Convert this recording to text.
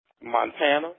Montana